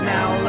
Now